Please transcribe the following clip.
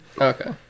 okay